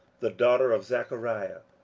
the daughter of zechariah.